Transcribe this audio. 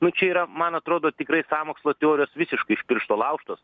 nu čia yra man atrodo tikrai sąmokslo teorijos visiškai iš piršto laužtos